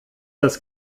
das